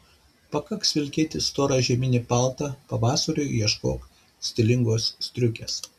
pakaks vilkėti storą žieminį paltą pavasariui ieškok stilingos striukės